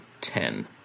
ten